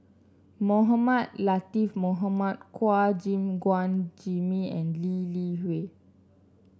Mohamed Latiff Mohamed Chua Gim Guan Jimmy and Lee Li Hui